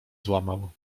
złamał